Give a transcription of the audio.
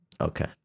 Okay